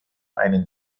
einen